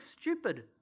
stupid